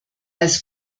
als